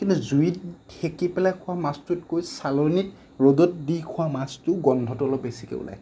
কিন্তু জুইত সেকি পেলাই খোৱা মাছটোতকৈ চালনীত ৰ'দত দি শুকোৱা মাছটো গোন্ধটো অলপ বেছিকৈ ওলাই